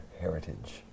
heritage